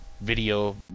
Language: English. video